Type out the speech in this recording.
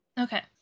Okay